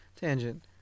tangent